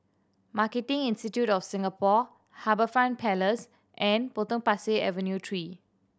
Marketing Institute of Singapore HarbourFront Place and Potong Pasir Avenue Three